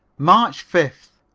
march fifth.